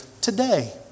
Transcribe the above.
today